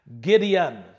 Gideon